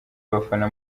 abafana